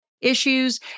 issues